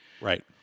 Right